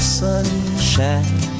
sunshine